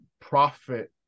profit